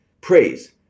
praise